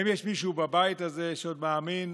האם יש מישהו בבית הזה שעוד מאמין